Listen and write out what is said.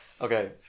Okay